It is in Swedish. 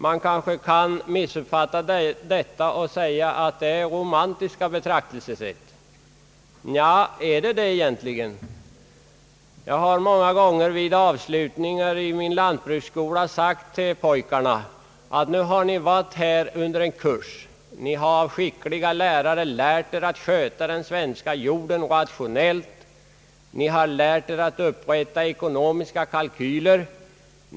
Man kanske kan missuppfatta detta och säga att det är romantiska betraktelsesätt. Men är det det egentligen? Jag har många gånger vid avslutningar i min lantbruksskola sagt till pojkarna: Nu har ni bevistat en kurs här, och ni har av skickliga lärare lärt er att sköta den svenska jorden rationellt. Ni har lärt er att upprätta ekonomiska kalkyler.